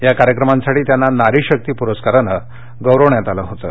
या कार्यक्रमांसाठी त्यांना नारी शक्ती पुरस्कारानं गौरवण्यात आलं होतं